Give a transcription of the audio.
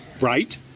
Right